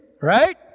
right